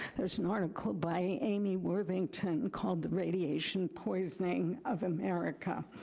there's an article by amy worthington called the radiation poisoning of america.